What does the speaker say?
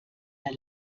der